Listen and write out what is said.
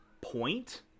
point